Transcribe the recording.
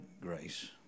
grace